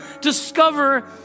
discover